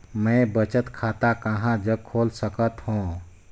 मैं बचत खाता कहां जग खोल सकत हों?